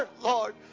Lord